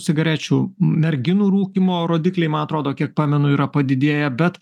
cigarečių merginų rūkymo rodikliai ma atrodo kiek pamenu yra padidėję bet